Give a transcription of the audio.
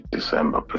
December